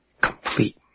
complete